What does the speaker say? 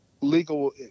legal